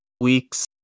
weeks